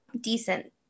decent